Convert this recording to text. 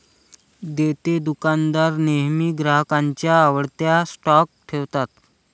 देतेदुकानदार नेहमी ग्राहकांच्या आवडत्या स्टॉप ठेवतात